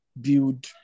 build